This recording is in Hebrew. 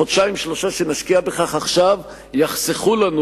החודשיים-שלושה שנשקיע בכך עכשיו יחסכו לנו,